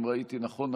אם ראיתי נכון,